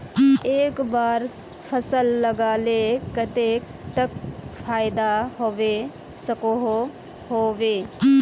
एक बार फसल लगाले कतेक तक फायदा होबे सकोहो होबे?